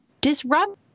disrupt